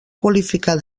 qualificar